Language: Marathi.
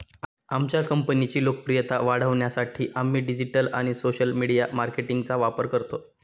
आमच्या कंपनीची लोकप्रियता वाढवण्यासाठी आम्ही डिजिटल आणि सोशल मीडिया मार्केटिंगचा वापर करतो